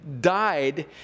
died